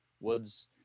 Woods